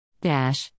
Dash